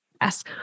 Yes